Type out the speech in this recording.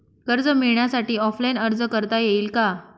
कर्ज मिळण्यासाठी ऑफलाईन अर्ज करता येईल का?